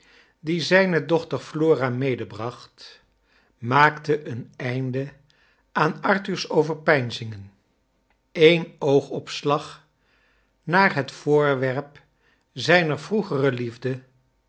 die zfjne dochter flora medebracht maakte een einde aan arthur's overpeinzingen een oogopslag naar het voorwerp zijner vroegere liefde